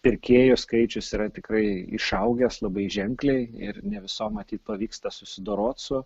pirkėjų skaičius yra tikrai išaugęs labai ženkliai ir ne visom matyt pavyksta susidorot su